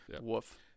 Woof